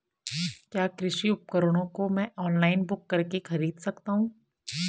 क्या कृषि उपकरणों को मैं ऑनलाइन बुक करके खरीद सकता हूँ?